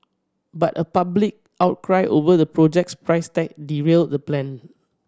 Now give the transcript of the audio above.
but a public outcry over the project's price tag derailed that plan